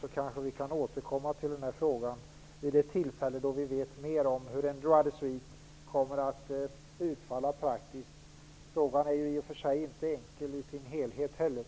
Sedan kan vi kanske återkomma till frågan vid ett tillfälle då vi vet mer om hur en droit de suite kommer att utfalla praktiskt. Frågan är ju i och för sig inte heller enkel i sin helhet.